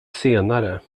senare